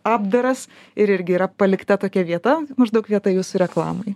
apdaras ir irgi yra palikta tokia vieta maždaug vieta jūsų reklamai